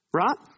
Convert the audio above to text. right